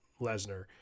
Lesnar